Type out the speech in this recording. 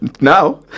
Now